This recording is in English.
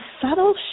subtle